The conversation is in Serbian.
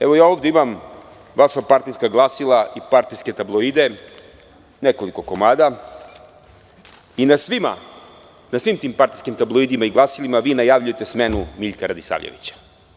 Evo, ovde imam vaša partijska glasila i partijske tabloide, nekoliko komada i na svim tim partijskim tabloidima i glasilima vi najavljujete smenu Miljka Radisavljevića.